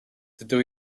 dydw